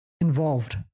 involved